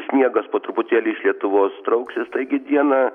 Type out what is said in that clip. sniegas po truputėlį iš lietuvos trauksis taigi dieną